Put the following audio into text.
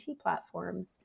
platforms